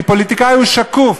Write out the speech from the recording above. כי פוליטיקאי הוא שקוף,